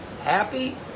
Happy